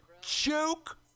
Joke